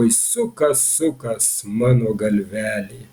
oi sukas sukas mano galvelė